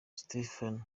stefano